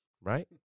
Right